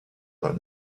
par